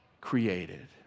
created